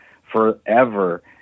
forever